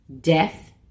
Death